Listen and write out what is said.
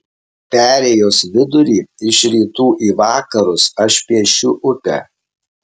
perėjos vidurį iš rytų į vakarus aš piešiu upę